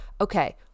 okay